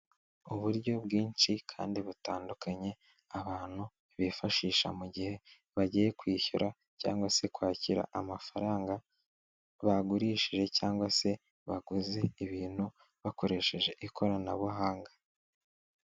Uburyo bwinshi kandi butandukanye, abantu bifashisha mu gihe bagiye kwishyura, cyangwa se kwakira amafaranga, bagurishije cyangwa se bakoze ibintu, bakoresheje ikoranabuhanga.